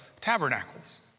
tabernacles